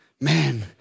man